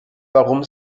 warum